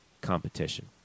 competition